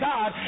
God